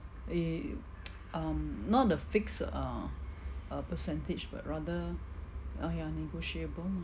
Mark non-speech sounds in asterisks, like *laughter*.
eh *noise* um not a fixed uh uh percentage but rather ah ya negotiable lah